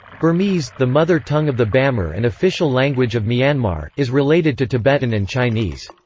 burmese, the mother tongue of the bamar and official language of myanmar, is related to tibetan and chinese.